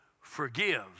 forgive